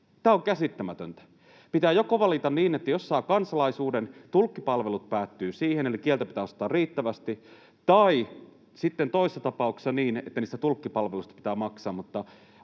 Tämä on käsittämätöntä. Pitää joko valita niin, että jos saa kansalaisuuden, tulkkipalvelut päättyvät siihen, eli kieltä pitää osata riittävästi, tai sitten toisessa tapauksessa niin, että niistä tulkkipalveluista pitää maksaa.